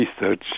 research